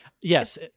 yes